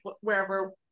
wherever